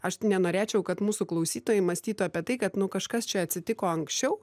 aš nenorėčiau kad mūsų klausytojai mąstytų apie tai kad kažkas čia atsitiko anksčiau